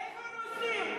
איפה הרוסים?